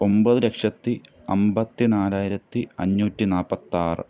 ഒമ്പത് ലക്ഷത്തി അമ്പത്തിനാലായിരത്തി അഞ്ഞൂറ്റി നാൽപ്പത്തി ആറ്